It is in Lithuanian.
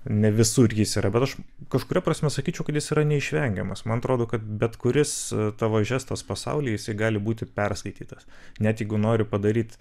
ne visur jis yra bet aš kažkuria prasme sakyčiau kad jis yra neišvengiamas man atrodo kad bet kuris tavo žestas pasaulyje jis gali būti perskaitytas net jeigu nori padaryt